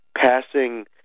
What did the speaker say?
passing